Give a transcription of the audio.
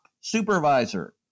supervisor